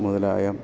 മുതലായ